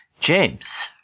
James